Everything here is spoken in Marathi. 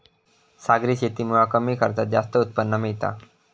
सागरी शेतीमुळा कमी खर्चात जास्त उत्पन्न मिळता